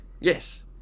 Yes